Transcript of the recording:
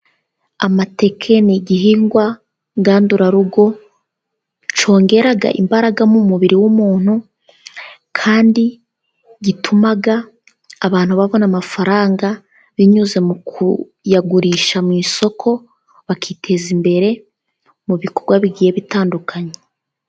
Amateke ni igihingwa ngandurarugo cyongera imbaraga mu mubiri w'umuntu, kandi gituma abantu babona amafaranga binyuze mu kuyagurisha mu isoko, bakiteza imbere mu bikorwa bigiye bitandukanye.